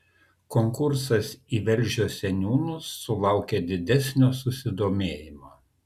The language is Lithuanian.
konkursas į velžio seniūnus sulaukė didesnio susidomėjimo